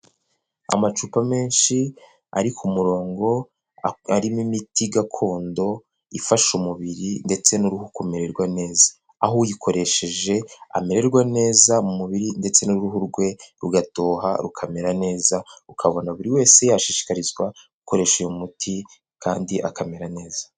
Amacupa menshi ari ku murongo arimo imiti gakondo ifasha umubiri ndetse n'uruhu kumererwa neza, aho uyikoresheje amererwa neza mu mubiri ndetse n'uruhu rwe rugatoha rukamera neza, ukabona buri wese ashishikarizwa gukoresha uyu muti kandi akamera neza.